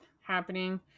happening